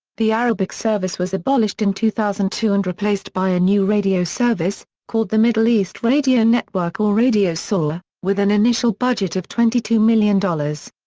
the arabic service was abolished in two thousand and two and replaced by a new radio service, called the middle east radio network or radio sawa, with an initial budget of twenty two million dollars.